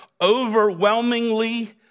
overwhelmingly